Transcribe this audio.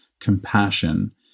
Compassion